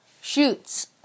Shoots